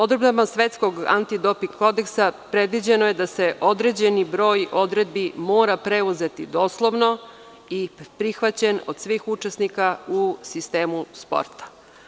Odredbama Svetskog antidoping kodeksa predviđeno je da se određeni broj odredbi mora preuzeti doslovno i da bude prihvaćeno od svih učesnika u sistemu sporta.